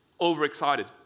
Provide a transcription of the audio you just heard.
overexcited